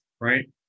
Right